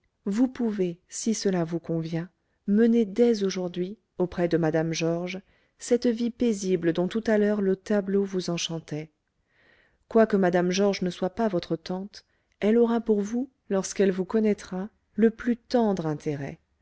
vous pouvez si cela vous convient mener dès aujourd'hui auprès de mme georges cette vie paisible dont tout à l'heure le tableau vous enchantait quoique mme georges ne soit pas votre tante elle aura pour vous lorsqu'elle vous connaîtra le plus tendre intérêt